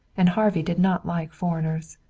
and harvey did not like foreigners.